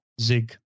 Zig